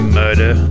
murder